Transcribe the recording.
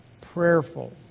prayerful